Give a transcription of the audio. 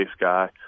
guy